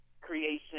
creation